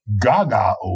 gaga